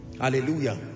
hallelujah